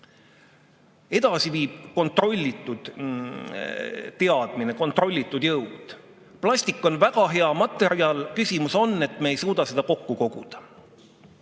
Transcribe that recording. edasi viib kontrollitud teadmine, kontrollitud jõud. Plastik on väga hea materjal, küsimus on, et me ei suuda seda kokku koguda.